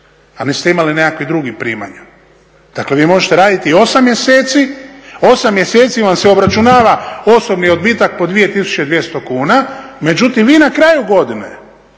a niste imali nikakvih drugih primanja. Dakle, vi možete raditi i 8 mjeseci, 8 mjeseci vam se obračunava osobni odbitak po 2200 kuna, međutim vi na kraju godine